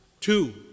two